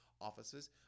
offices